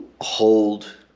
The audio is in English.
hold